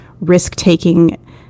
risk-taking